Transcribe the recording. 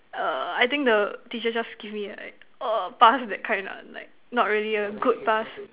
err I think the teacher just give me like a pass that kind lah like not really a good pass